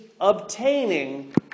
obtaining